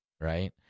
right